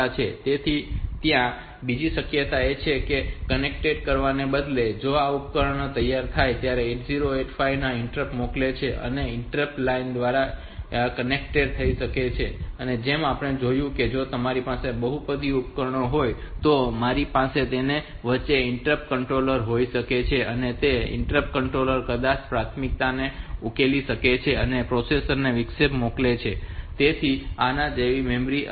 તેથી ત્યાં બીજી શક્યતા એ છે કે તેને આ રીતે કનેક્ટ કરવાને બદલે જ્યારે આ ઉપકરણો તૈયાર થાય ત્યારે 8085 પર ઇન્ટરપ્ટ મોકલે છે અને તે ઇન્ટરપ્ટ લાઇન દ્વારા કનેક્ટ થઈ શકે છે અને જેમ આપણે જોયું છે કે જો મારી પાસે બહુવિધ ઉપકરણો હોય તો પછી મારી પાસે તેની વચ્ચે એક ઇન્ટરપ્ટ કંટ્રોલર હોઈ શકે છે અને તે ઇન્ટરપ્ટ કંટ્રોલર કદાચ તે પ્રાથમિકતાઓને ઉકેલી શકે છે અને પ્રોસેસર ને વિક્ષેપ મોકલે છે જેથી તે આની જેમ કરી શકે